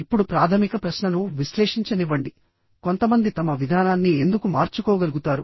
ఇప్పుడు ప్రాథమిక ప్రశ్నను విశ్లేషించనివ్వండి కొంతమంది తమ విధానాన్ని ఎందుకు మార్చుకోగలుగుతారు